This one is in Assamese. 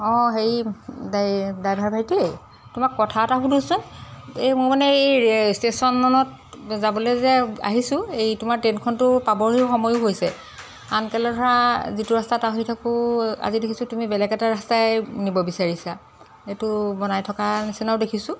অঁ হেৰি ডাই ড্ৰাইভাৰ ভাইটি তোমাক কথা এটা সোধোচোন এই মোৰ মানে এই ষ্টেচনত যাবলে যে আহিছোঁ এই তোমাৰ ট্ৰেইনখনটো পাবহিৰ সময়ো হৈছে আনকালে ধৰা যিটো ৰাস্তাত আহি থাকো আজি দেখিছোঁ তুমি বেলেগ এটা ৰাস্তাই নিব বিচাৰিছা এইটো বনাই থকা নিচিনাও দেখিছোঁ